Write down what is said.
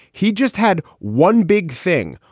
he just had one big thing,